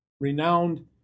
renowned